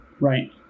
right